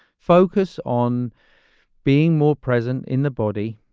focus on being more present in the body,